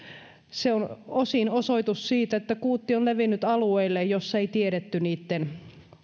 se on osin osoitus siitä että kuutti on levinnyt alueille joissa ei tiedetty sen